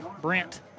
Brent